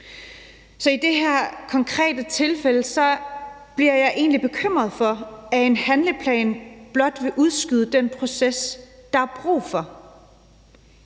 Så i det her konkrete tilfælde bliver jeg egentlig bekymret for, at en handleplan blot vil udskyde den proces, der er brug for,